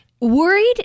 Worried